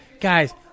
Guys